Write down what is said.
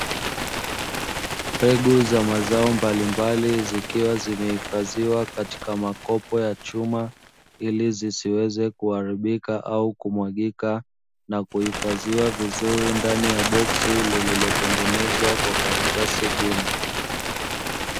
Mbegu za mazao mbalimbali zikiwa ziegifadhiwa katika makopo ya chuma ili zisiweke kuharibika au kumwagika nakuhifadhiwa ndani ya karatasi gumu.